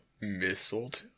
Mistletoe